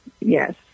Yes